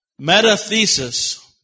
metathesis